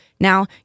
Now